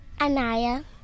Anaya